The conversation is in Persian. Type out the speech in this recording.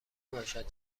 باشد